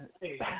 Hey